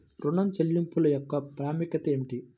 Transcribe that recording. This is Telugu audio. ఋణ చెల్లింపుల యొక్క ప్రాముఖ్యత ఏమిటీ?